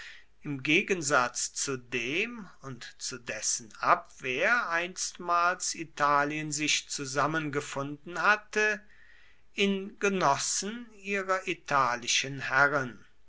im gegensatz zu dem und zu dessen abwehr einstmals italien sich zusammengefunden hatte in genossen ihrer italischen herren